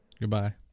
Goodbye